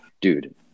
dude